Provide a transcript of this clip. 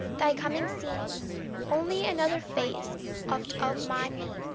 thy coming seems only another phase oft of my me